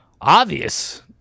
obvious